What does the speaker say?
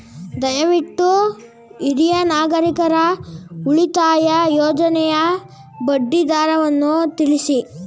ದಯವಿಟ್ಟು ಹಿರಿಯ ನಾಗರಿಕರ ಉಳಿತಾಯ ಯೋಜನೆಯ ಬಡ್ಡಿ ದರವನ್ನು ತಿಳಿಸಿ